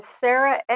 Sarah